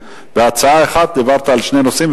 בהצעה אחת דיברת על שני נושאים,